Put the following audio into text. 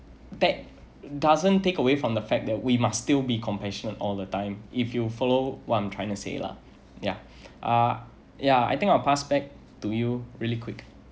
that doesn't take away from the fact that we must still be compassionate all the time if you follow what I'm trying to say lah ya ah ya I think I'll passed back to you really quick